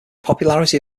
popularity